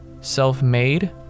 self-made